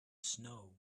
snow